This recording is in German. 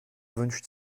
wünscht